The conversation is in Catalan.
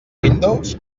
windows